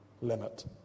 limit